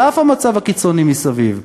על אף המצב הקיצוני מסביב,